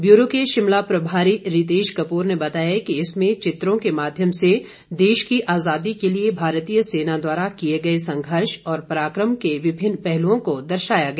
bureau के शिमला प्रभारी रितेश कपूर ने बताया कि इसमें चित्रों के माध्यम से देश की आजादी के लिए भारतीय सेना द्वारा किए गए संघर्ष और पराकम के विभिन्न पहलुओं को दर्शाया गया